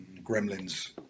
Gremlins